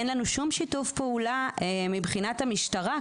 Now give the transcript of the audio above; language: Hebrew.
אין לנו שום שיתוף פעולה מבחינת המשטרה,